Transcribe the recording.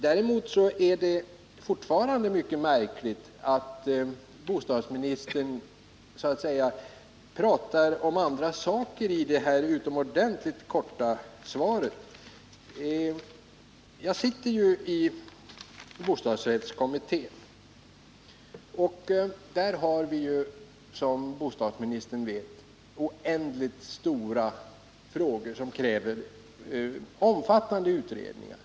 Däremot är det fortfarande mycket märkligt att bostadsministern i sitt utomordentligt korta svar talade om andra saker än dem som interpellationen gällde. Jag är ju ledamot i bostadsrättskommittén, där vi som bostadsministern vet behandlar oändligt komplicerade frågor som kräver omfattande utredningar.